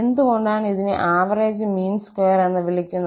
എന്തുകൊണ്ടാണ് ഇതിനെ average mean square എന്ന് വിളിക്കുന്നത്